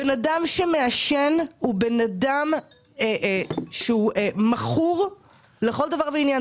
בן אדם שמעשן הוא בן אדם שהוא מכור לכל דבר ועניין.